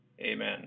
Amen